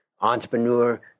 Entrepreneur